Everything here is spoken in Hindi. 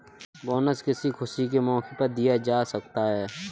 बोनस किसी खुशी के मौके पर दिया जा सकता है